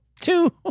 two